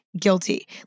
guilty